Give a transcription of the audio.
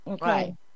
right